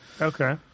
Okay